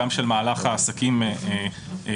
גם של מהלך עסקים רגיל.